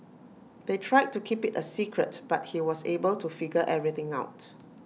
they tried to keep IT A secret but he was able to figure everything out